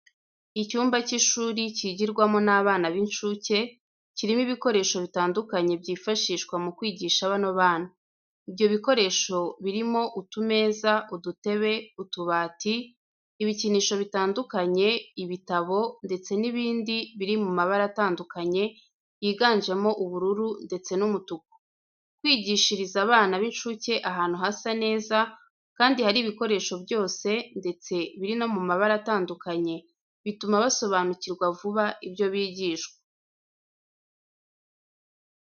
Icyumba cy'ishuri kigirwamo n'abana b'incuke, kirimo ibikoresho bitandukanye byifashishwa mu kwigisha bano bana. Ibyo bikoresho birimo utumeza, udutebe, utubati ibikinisho bitandukanye, ibitabo ndetse n'ibindi biri mu mabara atandukanye yiganjemo ubururu ndetse n'umutuku. Kwigishiriza bana b'incuke ahantu hasa neza kandi hari ibikoresho byose ndetse biri no mu mabara atandukanye, bituma basobanukirwa vuba ibyo bigishwa.